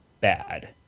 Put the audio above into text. bad